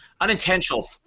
Unintentional